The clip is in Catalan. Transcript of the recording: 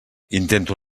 intento